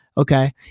Okay